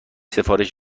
سفارش